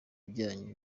byanyu